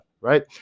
right